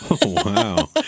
wow